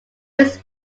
was